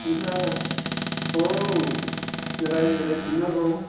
बिदिनो औ एराय एराय थांनांगौ